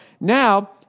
Now